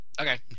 okay